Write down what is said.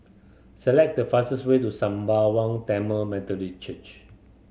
select the fastest way to Sembawang Tamil Methodist Church